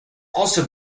also